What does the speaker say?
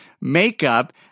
makeup